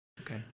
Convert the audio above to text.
Okay